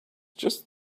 just